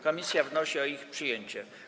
Komisja wnosi o ich przyjęcie.